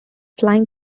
flying